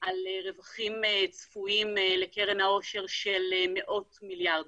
על רווחים צפויים לקרן העושר של מאות מיליארדים.